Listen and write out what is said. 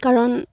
কাৰণ